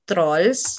Trolls